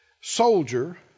soldier